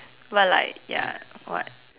but like ya what